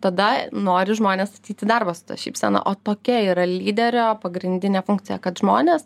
tada nori žmonės ateit į darbą su ta šypsena o tokia yra lyderio pagrindinė funkcija kad žmones